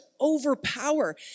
overpower